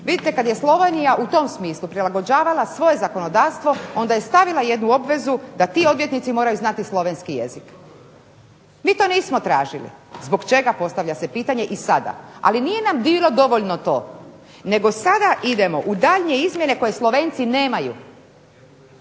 Vidite, kad je Slovenija u tom smislu prilagođavala svoje zakonodavstvo onda je stavila jednu obvezu, da ti odvjetnici moraju znati slovenski jezik. Mi to nismo tražili, zbog čega postavlja se pitanje i sada. Ali nije nam bilo dovoljno to, nego sada idemo u daljnje izmjene koje Slovenci nemaju,